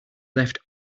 left